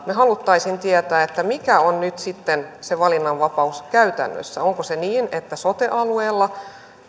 me haluaisimme tietää mikä on nyt sitten se valinnanvapaus käytännössä onko se niin että siellä sote alueella